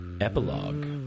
Epilogue